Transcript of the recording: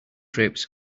drapes